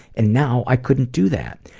and now i couldn't do that.